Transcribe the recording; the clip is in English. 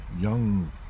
young